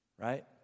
Right